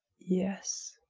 yes.